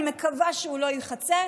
אני מקווה שהוא לא ייחצה.